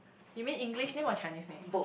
you mean English name or Chinese name